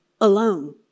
alone